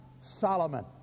Solomon